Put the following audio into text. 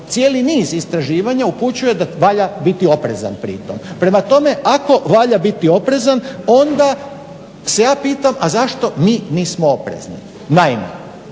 cijeli niz istraživanja upućuje da valja biti oprezan pri tom. Prema tome ako valja biti oprezan onda se ja pitam a zašto mi nismo oprezni? Naime